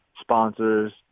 sponsors